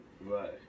Right